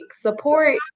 support